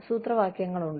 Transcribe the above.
സൂത്രവാക്യങ്ങളുണ്ട്